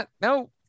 No